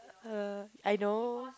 uh I know